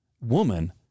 woman